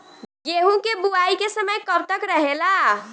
गेहूँ के बुवाई के समय कब तक रहेला?